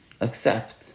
Accept